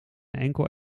enkel